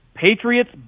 Patriots